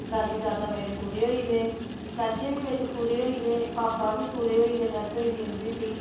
दादा दादी मेरे पूरे होई दे चाचें बी बिच पूरे होई दे भापा बी पूरे होई दे डैत्थ होई गेदी उं'दी बी